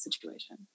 situation